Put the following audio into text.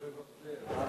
מסתובב הרבה,